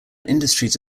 industries